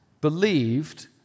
believed